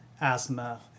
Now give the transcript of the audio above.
asthma